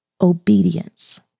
obedience